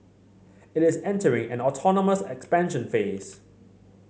it is entering an autonomous expansion phase